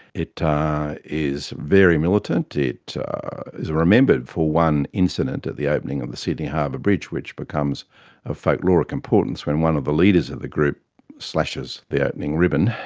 it ah is very militant. it is remembered for one incident at the opening of the sydney harbour bridge which becomes of folkloric importance when one of the leaders of the group slashes the opening ribbon,